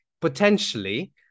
potentially